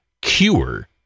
cure